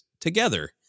together